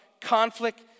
conflict